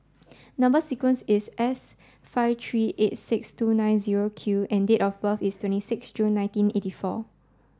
number sequence is S five three eight six two nine zero Q and date of birth is twenty six June nineteen eighty four